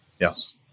Yes